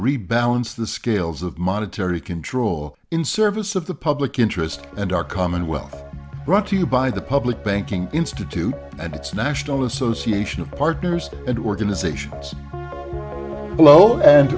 rebalance the scales of monetary control in service of the public interest and our common wealth brought to you by the public banking institute and its national association of partners and organizations below and